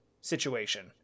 situation